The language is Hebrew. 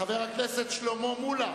חבר הכנסת שלמה מולה